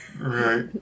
Right